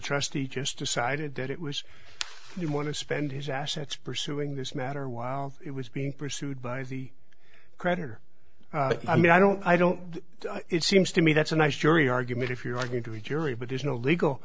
trustee just decided that it was you want to spend his assets pursuing this matter while it was being pursued by the creditor i mean i don't i don't it seems to me that's a nice jury argument if you're going to a jury but there's no legal